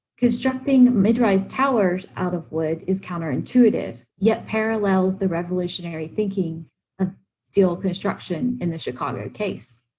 constructing mid-rise towers out of wood is counterintuitive, yet parallels the revolutionary thinking of steel construction in the chicago case.